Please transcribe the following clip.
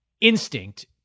instinct